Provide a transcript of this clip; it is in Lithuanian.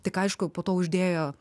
tik aišku po to uždėjo